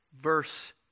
verse